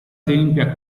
tempia